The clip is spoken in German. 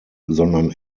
sondern